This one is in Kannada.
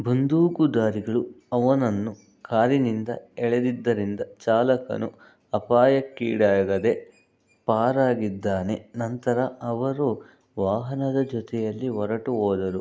ಬಂದೂಕು ದಾರಿಗಳು ಅವನನ್ನು ಕಾರಿನಿಂದ ಎಳೆದಿದ್ದರಿಂದ ಚಾಲಕನು ಅಪಾಯಕ್ಕೀಡಾಗದೆ ಪಾರಾಗಿದ್ದಾನೆ ನಂತರ ಅವರು ವಾಹನದ ಜೊತೆಯಲ್ಲಿ ಹೊರಟು ಹೋದರು